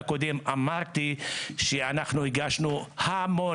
אז אני אמקד את זה בשבילך באופן יותר מחודד.